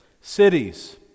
Cities